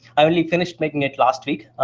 only finished making it last week.